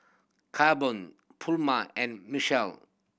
Carbon Puma and Michele